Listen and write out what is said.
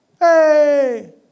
Hey